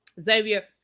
Xavier